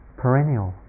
perennial